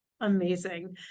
Amazing